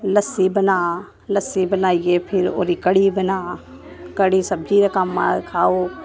लस्सी बनाऽ लस्सी बनाइये फिर ओह्दी क'ढ़ी बना क'ढ़ी सब्जी दै कम्म आ खाओ